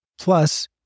Plus